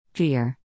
Fear